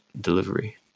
delivery